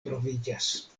troviĝas